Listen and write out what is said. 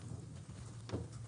רק